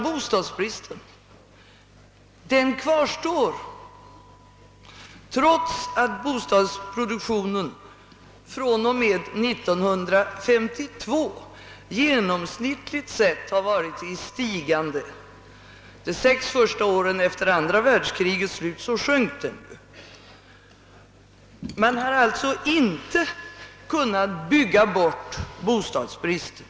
Bostadsbristen kvarstår trots att bostadsproduktionen från och med år 1952 genomsnittligt sett har varit i stigande. De sex första åren efter andra världskrigets slut sjönk den däremot. Man har alltså inte kunnat bygga bort bostadsbristen.